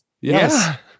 Yes